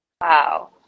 Wow